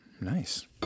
nice